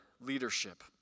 leadership